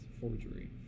forgery